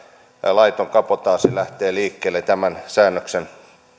laiton kabotaasi lähtee liikkeelle tämän säännöksen